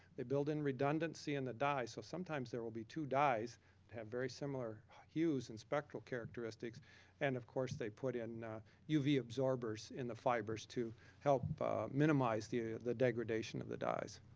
they build in redundancy in the dye. so sometimes, there will be two dyes that have very similar hues and spectral characteristics and of course they put in uv absorbers in the fibers to help minimize the ah the degradation of the dyes.